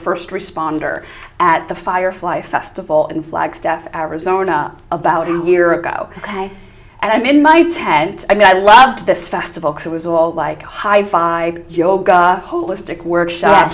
first responder at the firefly festival in flagstaff arizona about a year ago and i'm in my tent i mean i lived this festival it was all like high vibe yoga holistic workshop